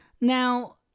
Now